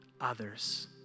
others